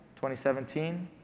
2017